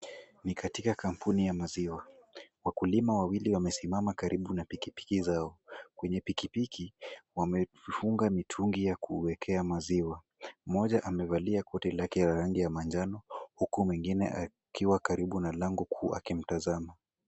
Ni katika kampuni ya maziwa, wakulima wawili wamesimama karibu na pikipiki zao, kwenye pikipiki, wamefunga mitungi ya kuekea maziwa, mmoja amevalia koti lake la rangi ya manjano, huku mwingine akiwa karibu na lango kuu akimtazama.